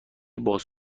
باز